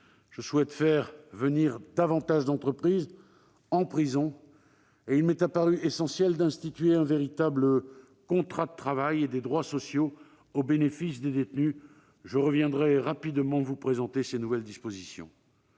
Je souhaite ainsi faire venir davantage d'entreprises en prison, et il m'est apparu essentiel d'instituer un véritable contrat de travail et des droits sociaux au bénéfice des détenus. Je reviendrai sous peu vous présenter ces nouvelles dispositions.